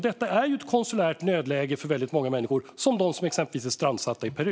Detta är ju ett konsulärt nödläge för många människor, exempelvis de som är strandsatta i Peru.